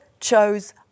chose